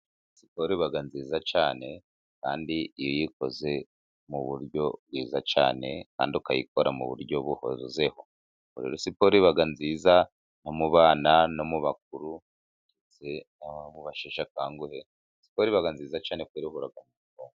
Siporo iba nziza cyane kandi iyo uyikoze mu buryo bwiza cyane kandi ukayikora mu buryo buhozeho, siporo yaba nziza nko mu bana no mu bakuru, ndetse n'abantu basheshe akanguhe, siporo iba nziza cyane ku.....